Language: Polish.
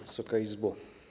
Wysoka Izbo!